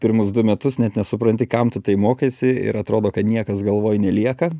pirmus du metus net nesupranti kam tu tai mokaisi ir atrodo kad niekas galvoj nelieka